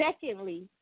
Secondly